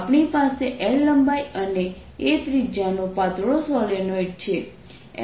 આપણી પાસે L લંબાઈ અને a ત્રિજ્યાનો પાતળો સોલેનોઇડ છે La